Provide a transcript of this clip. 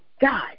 God